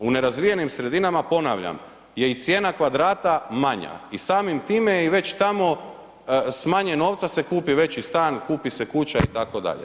U nerazvijenim sredinama amandman ponavljam je i cijene kvadrata manja i samim time je i već tamo s manje novca se kupi veći stan, kupi se kuća itd.